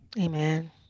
Amen